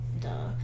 duh